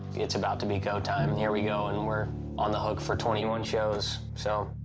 it's about to be go-time. here we go, and we're on the hook for twenty one shows, so.